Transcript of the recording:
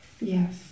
yes